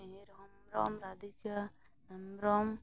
Mihir Hembrom Radhika Hembrom